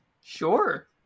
Sure